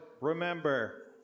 remember